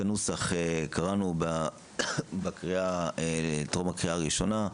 את הנוסח קראנו בטרום הקריאה הראשונה,